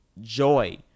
joy